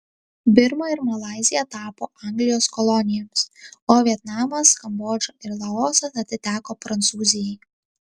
birma ir malaizija tapo anglijos kolonijomis o vietnamas kambodža ir laosas atiteko prancūzijai